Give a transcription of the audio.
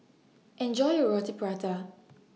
Enjoy your Roti Prata